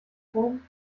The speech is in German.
turnen